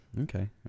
Okay